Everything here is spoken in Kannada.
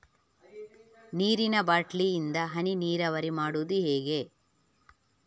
ನೀರಿನಾ ಬಾಟ್ಲಿ ಇಂದ ಹನಿ ನೀರಾವರಿ ಮಾಡುದು ಹೇಗೆ?